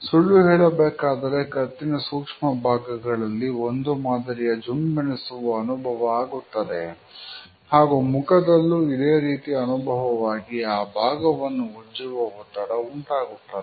ಸುಳ್ಳು ಹೇಳಬೇಕಾದರೆ ಕತ್ತಿನ ಸೂಕ್ಷ್ಮ ಭಾಗಗಳಲ್ಲಿ ಒಂದು ಮಾದರಿಯ ಜುಮ್ಮೆನಿಸುವ ಅನುಭವ ಆಗುತ್ತದೆ ಹಾಗೂ ಮುಖದಲ್ಲೂ ಇದೇ ರೀತಿ ಅನುಭವವಾಗಿ ಆ ಭಾಗವನ್ನು ಉಜ್ಜುವ ಒತ್ತಡ ಉಂಟಾಗುತ್ತದೆ